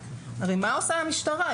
הרי מה עושה המשטרה?